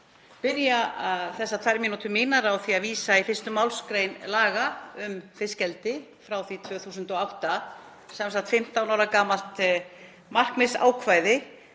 byrja þessar tvær mínútur mínar á því að vísa í 1. mgr. laga um fiskeldi frá því 2008, sem sagt 15 ára gamalt markmiðsákvæði.